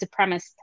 supremacist